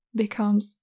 becomes